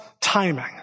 timing